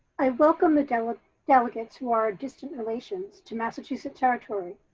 i welcome the delegates delegates who are distant relations to massachusett territory.